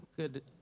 Good